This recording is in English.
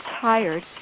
tired